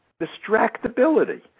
distractibility